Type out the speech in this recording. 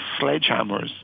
sledgehammers